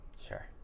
sure